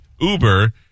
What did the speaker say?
Uber